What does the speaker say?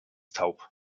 taub